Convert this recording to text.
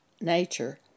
nature